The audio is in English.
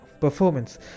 performance